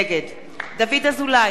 נגד דוד אזולאי,